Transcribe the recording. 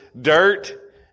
dirt